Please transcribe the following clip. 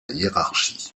hiérarchie